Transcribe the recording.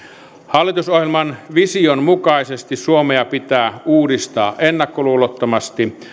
hallitusohjelman vision mukaisesti suomea pitää uudistaa ennakkoluulottomasti